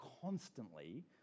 constantly